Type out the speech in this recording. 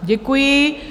Děkuji.